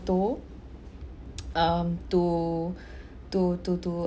photo um to to to to